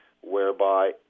whereby